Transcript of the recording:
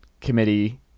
committee